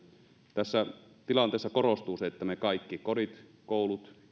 tässä tilanteessa korostuu se että me kaikki kodit koulut